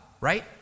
right